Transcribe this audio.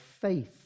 faith